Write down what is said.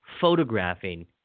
photographing